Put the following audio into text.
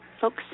folks